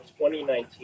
2019